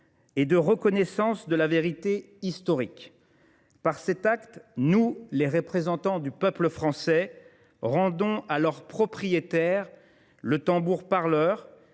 et de reconnaissance de la vérité historique. Par cet acte, nous, les représentants du peuple français, rendons à leurs propriétaires le tambour parleur,